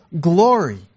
glory